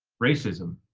racism.